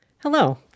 Hello